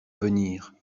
venir